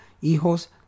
Hijos